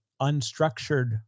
unstructured